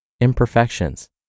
imperfections